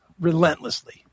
relentlessly